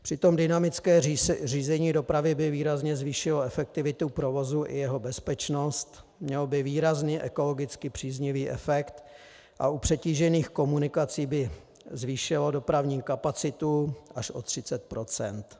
Přitom dynamické řízení dopravy by výrazně zvýšilo efektivitu provozu i jeho bezpečnost, mělo by výrazně ekologický příznivý efekt a u přetížených komunikací by zvýšilo dopravní kapacitu až o 30 %.